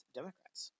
Democrats